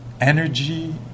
energy